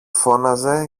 φώναζε